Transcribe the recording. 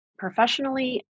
Professionally